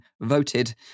voted